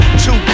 Two